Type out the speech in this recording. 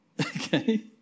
okay